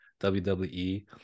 WWE